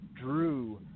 drew